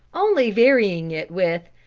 only varying it with,